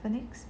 phonics